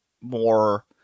more